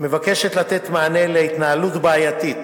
מבקשת לתת מענה להתנהלות בעייתית